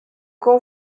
clan